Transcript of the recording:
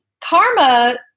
Karma